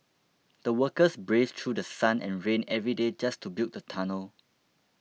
the workers braved through sun and rain every day just to build the tunnel